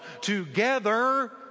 together